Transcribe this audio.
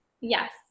Yes